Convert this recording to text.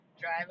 drive